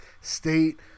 State